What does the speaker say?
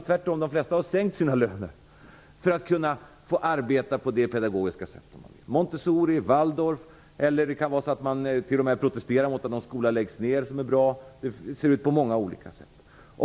Tvärtom har de flesta sänkt sina löner för att kunna arbeta på detta pedagogiska sätt, t.ex. inom Montessori och Waldorf. Det kan också vara så, att de t.o.m. har protesterat mot att någon skola som är bra läggs ned. Det kan vara på många olika sätt.